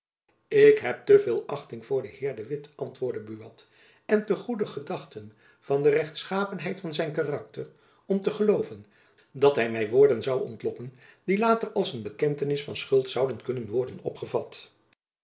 ik heb te veel achting voor den heer de witt antwoordde buat en te goede gedachten van de rechtschapenheid van zijn karakter om te gelooven dat hy my woorden zoû ontlokken die later als een bekentenis van schuld zouden kunnen worden opgevat